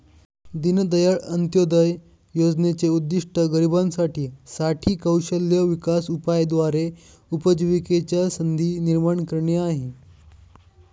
दीनदयाळ अंत्योदय योजनेचे उद्दिष्ट गरिबांसाठी साठी कौशल्य विकास उपायाद्वारे उपजीविकेच्या संधी निर्माण करणे आहे